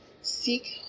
seek